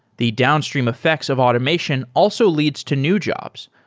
the downstream effects of automation also leads to new jobs,